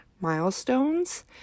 milestones